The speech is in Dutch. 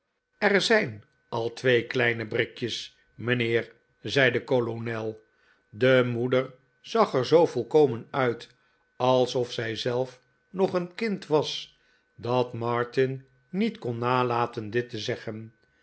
er zijn al twee kleine brickjes mijnheer zei de kolonel de moeder zag er zoo volkomen uit alsof zij zelf nog een kind was dat martin niet kon nalaten dit te zeggen